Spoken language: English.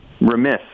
remiss